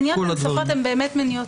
מדובר על האזור האישי באינטרנט.